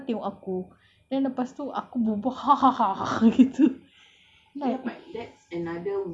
so if like aku pakai niqab orang tengok aku then lepas tu aku berbual begitu